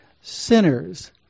sinners